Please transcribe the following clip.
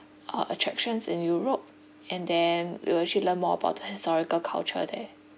uh attractions in europe and then you will actually learn more about the historical culture there